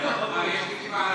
יש לי כיפה אחת.